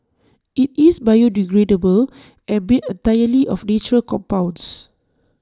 IT is biodegradable and made entirely of natural compounds